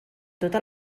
tota